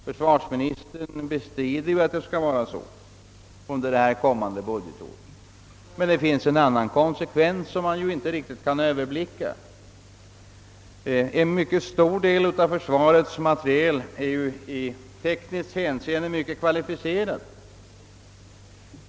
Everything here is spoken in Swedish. Försvarsministern bestrider ju att så skall bli fallet under det kommande budgetåret. Men det finns en annan konsekvens som man inte riktigt kan överblicka. En mycket stor del av försvarets materiel är ju i tekniskt hänseende mycket kvalificerad.